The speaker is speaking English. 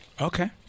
Okay